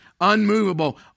unmovable